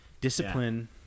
discipline